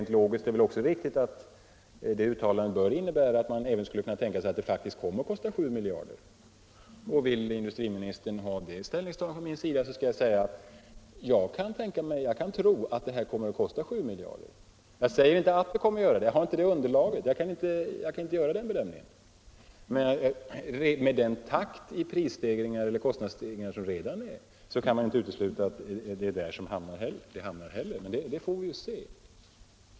Men logiskt sett är det väl också riktigt att det uttalandet kan innebära att kostnaden verkligen blir 7 miljarder. Vill industriministern ha ett sådant ställningstagande från mig vill jag säga att jag kan tro att det kommer att kosta 7 miljarder. Jag säger inte att det kommer att kosta 7 miljarder, eftersom jag inte har underlag för en sådan bedömning. Men med den takt i kostnadsstegringarna som redan föreligger kan man inte utesluta att kostnaden kommer att hamna där. Det får vi dock se.